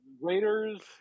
raiders